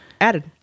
added